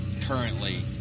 currently